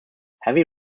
heavy